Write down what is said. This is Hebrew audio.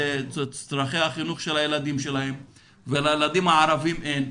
לצרכי החינוך של הילדים ולילדים הערבים אין?